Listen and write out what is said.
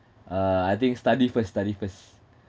uh I think study first study first